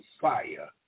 fire